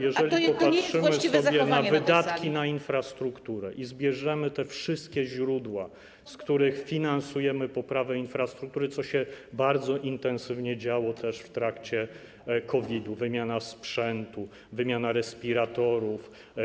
Jeżeli popatrzymy sobie na wydatki na infrastrukturę i zbierzemy te wszystkie źródła, z których finansujemy poprawę infrastruktury, co się bardzo intensywnie działo też w trakcie COVID-u, wymiana sprzętu, wymiana respiratorów.